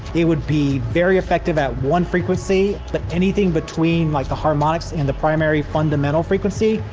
it would be very effective at one frequency, but anything between like the harmonics and the primary fundamental frequency,